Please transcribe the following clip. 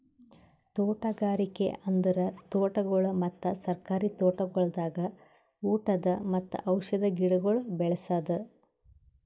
ತೋಟಗಾರಿಕೆ ಅಂದುರ್ ತೋಟಗೊಳ್ ಮತ್ತ ಸರ್ಕಾರಿ ತೋಟಗೊಳ್ದಾಗ್ ಊಟದ್ ಮತ್ತ ಔಷಧ್ ಗಿಡಗೊಳ್ ಬೆ ಳಸದ್